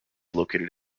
located